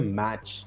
match